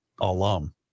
alum